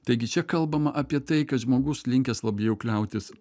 taigi čia kalbama apie tai kad žmogus linkęs labiau kliautis